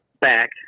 back